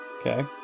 Okay